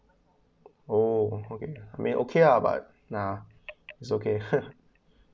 orh okay I mean okay uh but nah it's okay